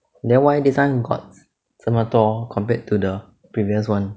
then why this [one] got 这么多 compared to the previous [one]